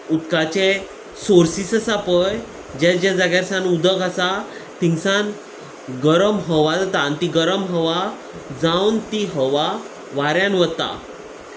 उदकाचे सोर्सीस आसा पळय जे जे जाग्यार सावन उदक आसा थिंगसान गरम हवा जाता आनी ती गरम हवा जावन ती हवा वाऱ्यान वता